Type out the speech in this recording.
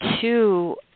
two